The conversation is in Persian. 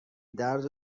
درد